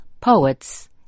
poets